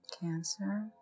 cancer